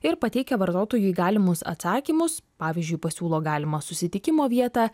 ir pateikia vartotojui galimus atsakymus pavyzdžiui pasiūlo galimą susitikimo vietą